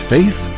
Faith